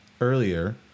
earlier